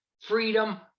freedom